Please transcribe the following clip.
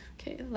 okay